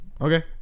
okay